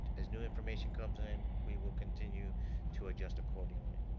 as new information comes and in, we will continue to adjust accordingly.